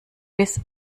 bis